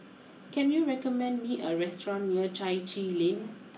can you recommend me a restaurant near Chai Chee Lane